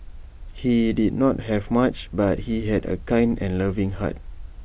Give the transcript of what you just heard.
he did not have much but he had A kind and loving heart